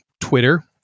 Twitter